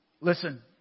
Listen